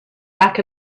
back